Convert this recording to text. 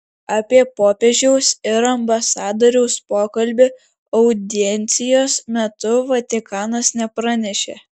apie popiežiaus ir ambasadoriaus pokalbį audiencijos metu vatikanas nepranešė